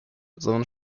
sondern